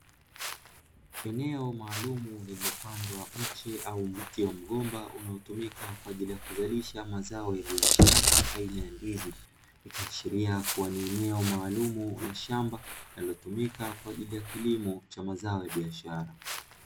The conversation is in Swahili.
Eneo maalumu lililopandwa mche au mti wa mgomba unaotumika kwa ajili ya kuzalisha mazao ya biashara aina ya ndizi ikiashiria kuwa ni eneo maalumu la shamba linalotumika kwa ajili ya kilimo cha mazao ya biashara.